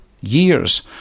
years